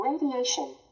Radiation